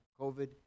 COVID